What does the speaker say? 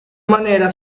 manera